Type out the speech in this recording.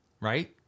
right